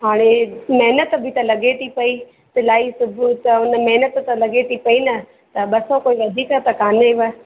हाणे महिनत बि त लॻे थी पेई सिलाई सुबा त उहा महिनत त लॻे थी पेई न त ॿ सौ कोई वधीक त कान्हे व